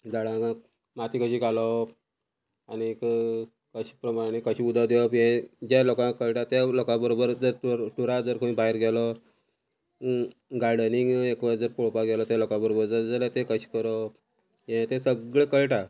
झाडांक माती कशी घालप आनीक कशें प्रमाणे कशें उदक दिवप हे जे लोकांक कळटा त्या लोकां बरोबर जर टुर टुरा जर खंय भायर गेलो गार्डनींग एक वेळ जर पळोवपाक गेलो त्या लोकां बरोबर जर जाल्या ते कशें करप हे ते सगळे कळटा